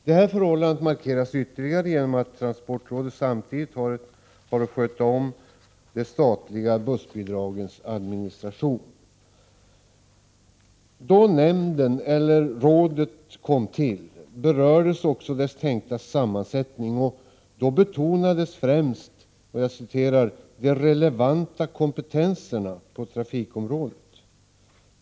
Detta förhållande markeras ytterligare genom att transportrådet samtidigt har att sköta de statliga bussbidragens administration. Då nämnden eller rådet kom till berördes också dess tänkta sammansättning. Därvid betonades främst ”de relevanta kompetenserna” på trafikområdet.